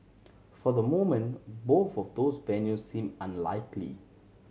for the moment both of those venues seem unlikely